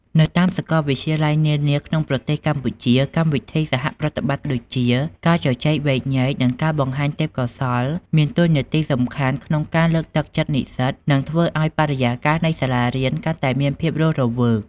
នៅតាមសាកលវិទ្យាល័យនានាក្នុងប្រទេសកម្ពុជា កម្មវិធីសហប្រតិបត្តិដូចជាការជជែកវែកញែក និងការបង្ហាញទេពកោសល្យ មានតួនាទីសំខាន់ក្នុងការលើកទឹកចិត្តនិស្សិត និងធ្វើឲ្យបរិយាកាសនៃសាសារៀនកាន់តែមានភាពរស់រវើក។